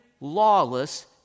lawless